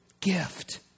Gift